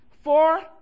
Four